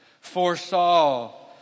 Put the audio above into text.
foresaw